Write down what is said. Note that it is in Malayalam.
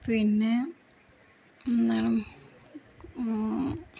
പിന്നെ എന്താണ്